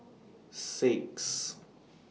six